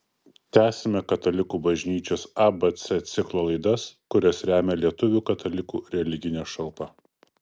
tęsiame katalikų bažnyčios abc ciklo laidas kurias remia lietuvių katalikų religinė šalpa